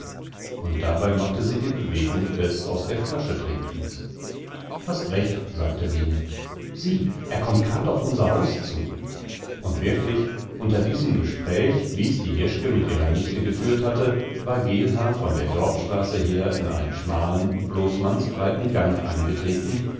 und dabei machte sie die bewegung des aus der flaschetrinkens hast recht sagte line sieh er kommt grad auf unser haus zu und wirklich unter diesem gespräch wie's die jeschke mit ihrer nichte geführt hatte war geelhaar von der dorfstraße her in einen schmalen blos mannsbreiten gang eingetreten